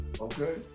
okay